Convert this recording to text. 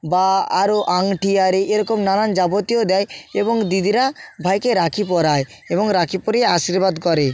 বা আরও আংটি আরে এরকম নানান যাবতীয় দেয় এবং দিদিরা ভাইকে রাখি পরায় এবং রাখি পরিয়ে আশীর্বাদ করে